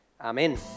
amen